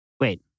Wait